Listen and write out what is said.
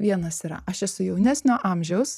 vienas yra aš esu jaunesnio amžiaus